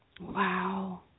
Wow